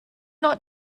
not